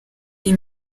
iyi